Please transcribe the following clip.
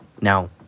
Now